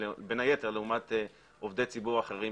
בין היתר לעומת עובדי ציבור אחרים